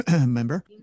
member